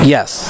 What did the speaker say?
Yes